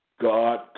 God